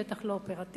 בטח לא אופרטיבית.